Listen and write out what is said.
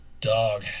dog